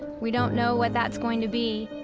we don't know what that's going to be.